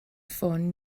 ffôn